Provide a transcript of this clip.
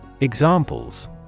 Examples